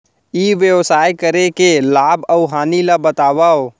ई व्यवसाय करे के लाभ अऊ हानि ला बतावव?